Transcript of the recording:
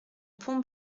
pont